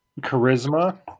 charisma